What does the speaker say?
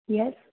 yes